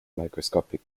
microscopic